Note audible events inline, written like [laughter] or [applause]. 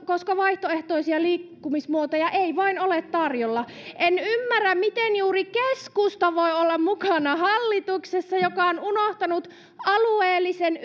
koska vaihtoehtoisia liikkumismuotoja ei vain ole tarjolla en ymmärrä miten juuri keskusta voi olla mukana hallituksessa joka on unohtanut alueellisen [unintelligible]